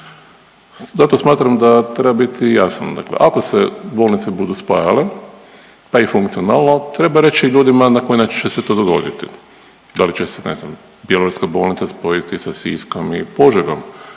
Zato smatram da treba biti jasno, dakle ako se bolnice budu spajale pa i funkcionalno treba reći ljudima na koji način će se to dogoditi, da li će se ne znam Bjelovarska bolnica spojiti sa Siskom i Požegom